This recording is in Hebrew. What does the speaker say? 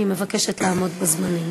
אני מבקשת לעמוד בזמנים.